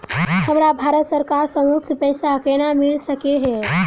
हमरा भारत सरकार सँ मुफ्त पैसा केना मिल सकै है?